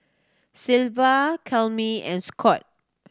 Cleva and Scot